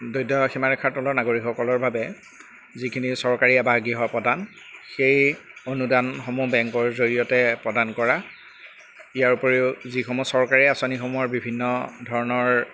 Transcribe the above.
দৰিদ্ৰ সীমাৰেখাৰ তলৰ নাগৰিকসকলৰ বাবে যিখিনি চৰকাৰী আবাস গৃহ প্ৰদান সেই অনুদানসমূহ বেংকৰ জৰিয়তে প্ৰদান কৰা ইয়াৰ উপৰিও যিসমূহ চৰকাৰী আঁচনিসমূহৰ বিভিন্ন ধৰণৰ